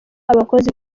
abakozi